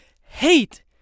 hate